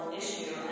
issue